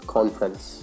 Conference